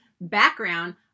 background